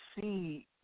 see